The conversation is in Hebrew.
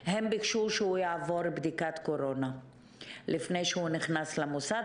הם ביקשו שהוא יעבור בדיקת קורונה לפני שהוא נכנס למוסד.